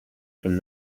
from